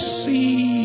see